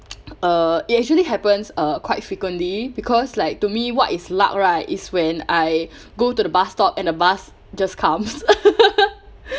uh it actually happens uh quite frequently because like to me what is luck right is when I go to the bus stop and a bus just comes